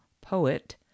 poet